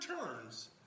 returns